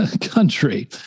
country